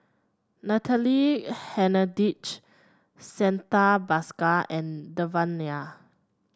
Natalie Hennedige Santha Bhaskar and Devan Nair